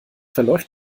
verläuft